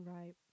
Right